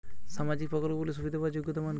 সামাজিক প্রকল্পগুলি সুবিধা পাওয়ার যোগ্যতা মান কি?